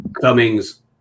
Cummings